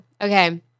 Okay